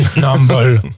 number